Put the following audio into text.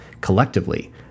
collectively